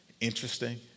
interesting